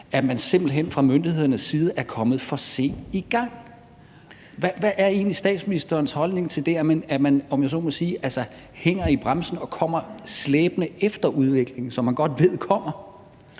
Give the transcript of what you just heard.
at man simpelt hen fra myndighedernes side var kommet for sent i gang. Hvad er egentlig statsministerens holdning til det, at man, om jeg så må sige, hænger i bremsen og kommer slæbende efter en udvikling, som man godt ved kommer?